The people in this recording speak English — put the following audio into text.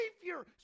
savior